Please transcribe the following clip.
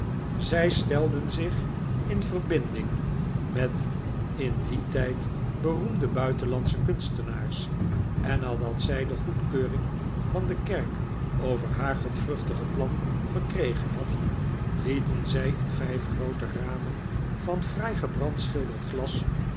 zij stelden zich in verbinding met in dien tijd beroemde buitenlandsche kunstenaars en nadat zij de goedkeuring van de kerk over haar godvruchtige plan verkregen hadden lieten zij in vijf groote ramen van fraai gebrandschilderd glas